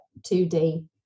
2D